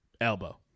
elbow